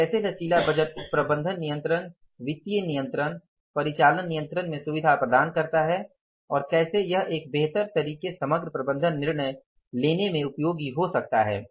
और कैसे लचीला बजट प्रबंधन नियंत्रण वित्तीय नियंत्रण परिचालन नियंत्रण में सुविधा प्रदान करता है और कैसे यह एक बेहतर तरीके समग्र प्रबंधन निर्णय लेने में उपयोगी हो सकता है